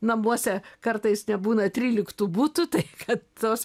namuose kartais nebūna trykiltų butų tai kad tos